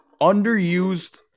underused